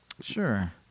Sure